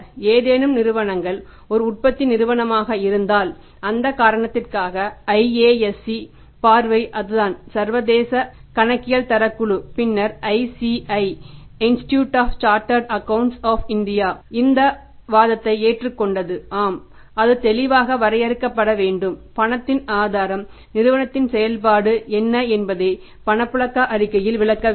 ஏதேனும் நிறுவனங்கள் ஒரு உற்பத்தி நிறுவனமாக இருந்தால் அந்த காரணத்திற்காக IASC பார்வை அதுதான் சர்வதேச கணக்கியல் தரக் குழு பின்னர் ICI institute of chartered accounts of India இந்த வாதத்தை ஏற்றுக்கொண்டது ஆம் அது தெளிவாக வரையறுக்கப்பட வேண்டும் பணத்தின் ஆதாரம் நிறுவனத்தின் செயல்பாடு என்ன என்பதை பணப்புழக்க அறிக்கையில் விளக்கவேண்டும்